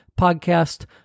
podcast